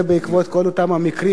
בעקבות כל אותם המקרים,